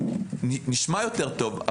הזה נשמע יותר טוב,